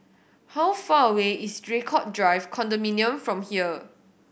how far away is Draycott Drive Condominium from here